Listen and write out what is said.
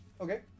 Okay